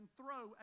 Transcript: throw